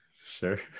Sure